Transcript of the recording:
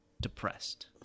depressed